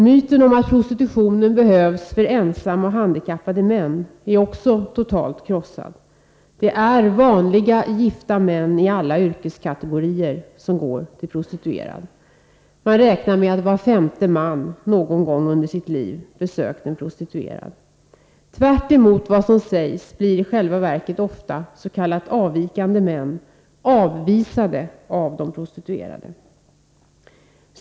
Myten om att prostitutionen behövs för ensamma och handikappade män är också totalt krossad. Det är vanliga, gifta män i alla yrkeskategorier som går till prostituerade. Man räknar med att var femte man någon gång under sitt liv besökt en prostituerad. Tvärtemot vad som sägs blir i själva verket ofta ”avvikande” män avvisade av de prostituerade.